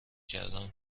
کردم